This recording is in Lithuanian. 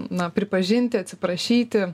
na pripažinti atsiprašyti